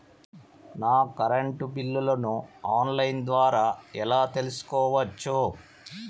నా కరెంటు బిల్లులను online ద్వారా ఎలా తెలుసుకోవచ్చు?